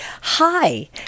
Hi